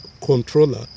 controller